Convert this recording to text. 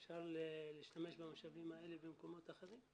אפשר להשתמש במשאבים האלה במקומות אחרים.